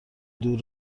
دور